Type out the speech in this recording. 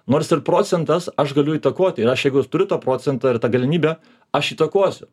nors ir procentas aš galiu įtakoti ir aš jeigu turiu to procento ir tą galimybę aš įtakosiu